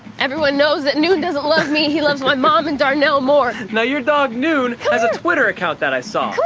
everyone knows that noon doesn't love me, he loves my mom and darnell more. now, your dog, noon, has a twitter account that i saw.